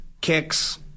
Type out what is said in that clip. kicks